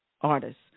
artists